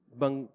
bang